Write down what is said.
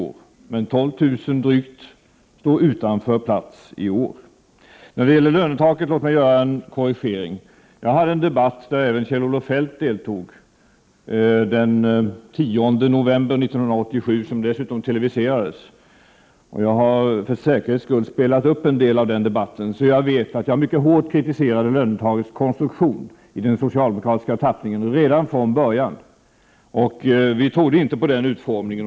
Drygt 12 000 står utan plats i år. Låt mig göra en korrigering när det gäller lönetaket. Jag var med i en debatt där även Kjell-Olof Feldt deltog den 10 november 1987 som dessutom televiserades. Jag har för säkerhets skull spelat upp en del av den debatten, så jag vet att jag mycket hårt kritiserade lönetakets konstruktion i den socialdemokratiska tappningen redan från början. Vi trodde inte på den utformningen.